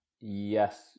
Yes